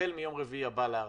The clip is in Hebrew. החל מיום רביעי הבא להערכתך?